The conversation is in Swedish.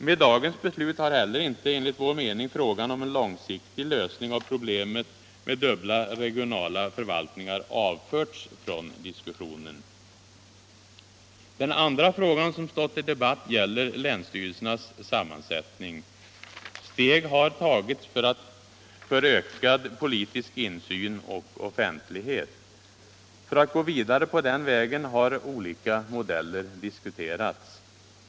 Med dagens beslut har heller inte, enligt vår mening, frågan om en långsiktig lösning av problemet med dubbla regionala förvaltningar avförts från diskussionen. Den andra debattfrågan gäller länsstyrelsernas sammansättning. Steg har tagits för ökad politisk insyn och offentlighet. För att gå vidare på den vägen har olika modeller diskuterats.